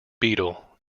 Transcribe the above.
beetle